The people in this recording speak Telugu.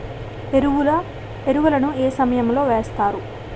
ఎరువుల ను ఏ సమయం లో వేస్తారు?